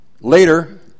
later